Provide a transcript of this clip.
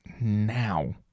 now